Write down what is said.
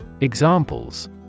Examples